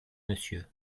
monsieur